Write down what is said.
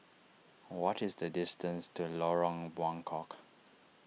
what is the distance to Lorong Buangkok